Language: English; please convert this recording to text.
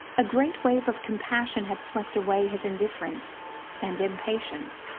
a great wave of compassion had swept away his indifference and impatience